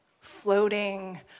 floating